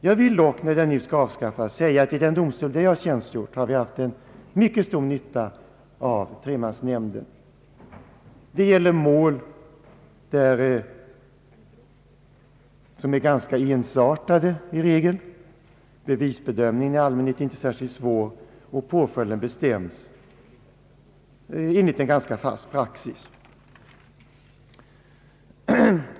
Jag vill dock säga att vid den domstol där jag tjänstgör har vi haft mycket stor nytta av tremansnämnden. Det gäller mål som i regel är ganska ensartade. Bevisbedömningen är i allmänhet inte särskilt svår, och påföljden bestäms enligt en ganska fast praxis.